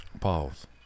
Pause